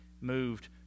moved